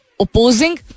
opposing